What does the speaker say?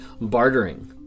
bartering